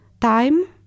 time